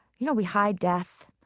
you know, we hide death,